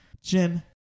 Jen